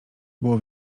było